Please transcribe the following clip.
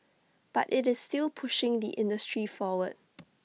but IT is still pushing the industry forward